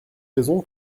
raison